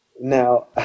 Now